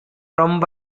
ரொம்ப